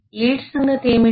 lead సంగతి ఏమిటి